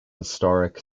historic